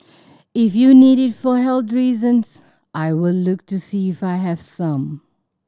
if you need it for health reasons I will look to see if I have some